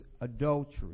adultery